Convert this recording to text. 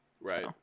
Right